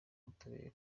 butabera